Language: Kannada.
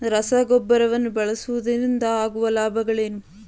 ರಸಗೊಬ್ಬರವನ್ನು ಬಳಸುವುದರಿಂದ ಆಗುವ ಲಾಭಗಳೇನು?